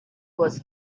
was